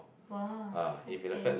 !woah! that's scary